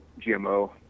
GMO